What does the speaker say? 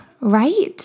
right